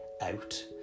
out